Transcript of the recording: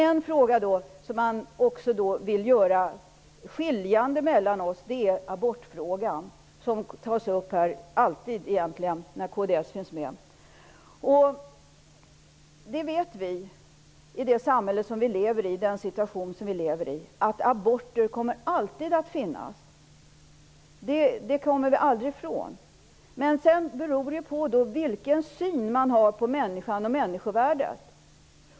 En fråga som man vill göra till något skiljande mellan oss är abortfrågan, som egentligen alltid tas upp när kds finns med. I det samhälle och den situation som vi lever i kommer, det vet vi, aborter alltid att förekomma. Det kommer vi aldrig ifrån. Men sedan beror det på vilken syn man har på människan och på människovärdet.